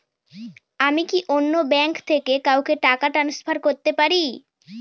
আমি কি অন্য ব্যাঙ্ক থেকে কাউকে টাকা ট্রান্সফার করতে পারি?